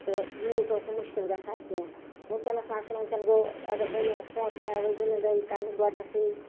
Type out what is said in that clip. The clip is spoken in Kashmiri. تہٕ یوٗت اوس نہٕ مُشکِل گژھان کیٚنٛہہ ؤنکیٚنس نہ حظ چھُنہٕ ؤنکیٚن گوٚو اَگر زٔمیٖنَس سونتہٕ نیرو أسۍ زٔمیٖن دٲری کرنہِ گۄڈٕنیتھٕے